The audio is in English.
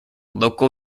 local